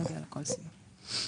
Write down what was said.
נוגע לכל סיבה.